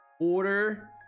order